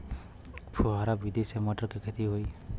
फुहरा विधि से मटर के खेती होई